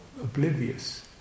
oblivious